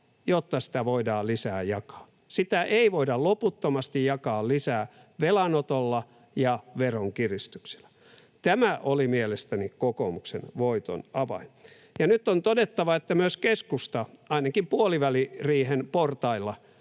jotta sitä voidaan jakaa lisää. Sitä ei voida loputtomasti jakaa lisää velanotolla ja veronkiristyksillä. Tämä oli mielestäni kokoomuksen voiton avain. Nyt on todettava, että myös keskusta ainakin puoliväliriihen portailla